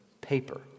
paper